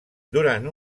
durant